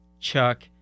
Chuck